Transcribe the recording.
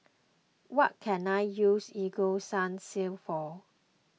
what can I use Ego Sunsense for